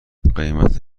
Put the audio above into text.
قیمت